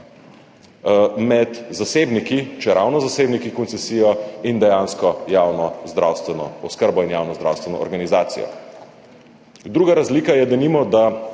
med zasebniki, čeravno zasebniki s koncesijo, in dejansko javno zdravstveno oskrbo in javno zdravstveno organizacijo. Druga razlika je denimo, da